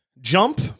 jump